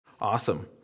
Awesome